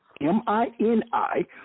M-I-N-I